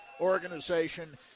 organization